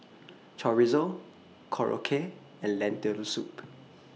Chorizo Korokke and Lentil Soup